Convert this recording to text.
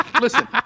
Listen